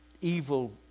evil